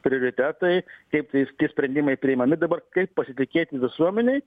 prioritetai kaip tai tie sprendimai priimami dabar kaip pasitikėti visuomenei